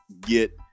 get